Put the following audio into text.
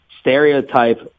stereotype